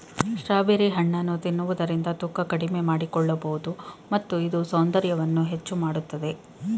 strawberry ಹಣ್ಣನ್ನು ತಿನ್ನುವುದರಿಂದ ತೂಕ ಕಡಿಮೆ ಮಾಡಿಕೊಳ್ಳಬೋದು ಮತ್ತು ಇದು ಸೌಂದರ್ಯವನ್ನು ಹೆಚ್ಚು ಮಾಡತ್ತದೆ